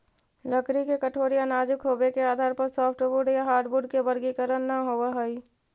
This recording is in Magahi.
लकड़ी के कठोर या नाजुक होबे के आधार पर सॉफ्टवुड या हार्डवुड के वर्गीकरण न होवऽ हई